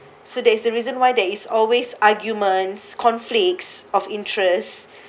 so that is the reason why there is always arguments conflicts of interest